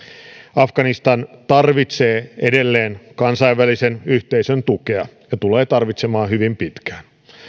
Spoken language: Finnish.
afganistan tarvitsee edelleen kansainvälisen yhteisön tukea ja tulee tarvitsemaan hyvin pitkään